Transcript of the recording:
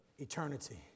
Eternity